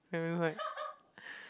and then like